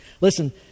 Listen